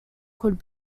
could